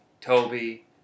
Toby